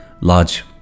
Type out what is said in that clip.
large